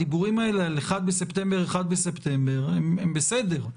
הדיבורים האלה על 1 בספטמבר, 1 בספטמבר, הם בסדר,